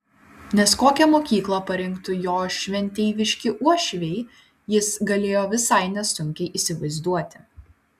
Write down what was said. nes kokią mokyklą parinktų jo šventeiviški uošviai jis galėjo visai nesunkiai įsivaizduoti